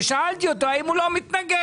ושאלתי אותו האם הוא לא מתנגד.